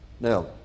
Now